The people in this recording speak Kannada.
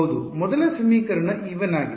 ಹೌದು ಮೊದಲ ಸಮೀಕರಣ e1 ಆಗಿದೆ